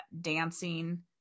dancing